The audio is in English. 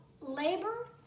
labor